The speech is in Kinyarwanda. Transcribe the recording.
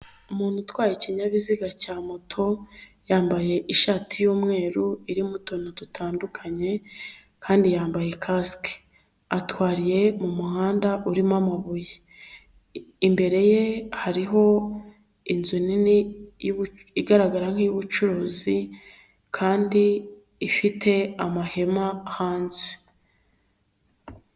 Umuntu utwaye ikinyabiziga cya moto yambaye ishati y'umweru irimo utuntu dutandukanye kandi yambaye kasike, atwariye mu muhanda urimo amabuye, imbere ye hariho inzu nini y'ubu igaragara nk'iy'ubucuruzi kandi ifite amahema hanze.